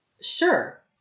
Sure